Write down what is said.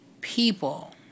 people